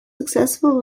successful